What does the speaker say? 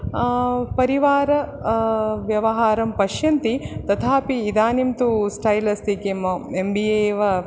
परिवारव्यवहारं पश्यन्ति तथापि इदानीं तु स्टैल् अस्ति किं एम् बि ए एव